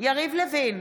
יריב לוין,